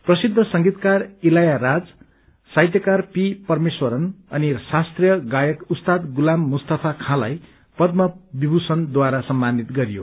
प्रसिद्ध संगीतकार इलैयाराजा साहित्यकार पी परमेस्वरन अनि शास्त्रीय गायक उस्ताद गुलाम मुस्तफ्र खालाई पद्रम विभूषणद्वारा सम्मानित गरियो